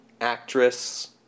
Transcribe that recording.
actress